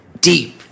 deep